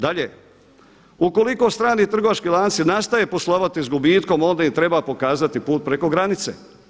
Dalje, ukoliko strani trgovački lanci nastoje poslovati s gubitkom onda im treba pokazati put preko granice.